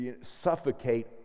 suffocate